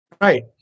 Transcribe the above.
Right